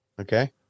Okay